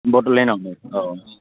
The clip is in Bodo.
बड'लेण्ड आव